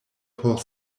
por